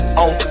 on